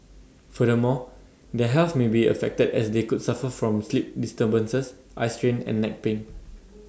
furthermore their health may be affected as they could suffer from sleep disturbances eye strain and neck pain